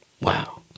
Wow